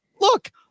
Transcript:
look